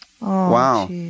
Wow